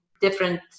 different